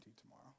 tomorrow